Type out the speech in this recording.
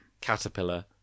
Caterpillar